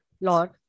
Lord